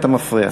אתה מפריע.